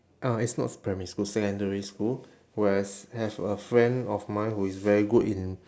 uh it's not primary school secondary school where is have a friend of mine who is very good in